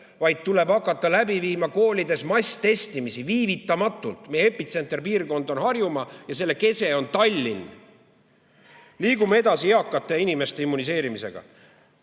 vaid tuleb hakata koolides läbi viima masstestimisi, viivitamatult! Meie epitsenterpiirkond on Harjumaa ja selle kese on Tallinn. Liigume edasi eakate inimeste immuniseerimisega!